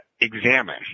examine